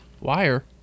wire